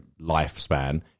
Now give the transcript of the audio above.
lifespan